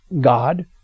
God